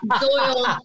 Doyle